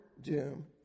doom